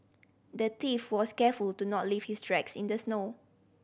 the thief was careful to not leave his tracks in the snow